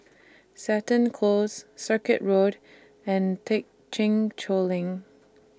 Seton Close Circuit Road and Thekchen Choling